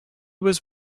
was